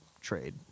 trade